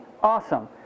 awesome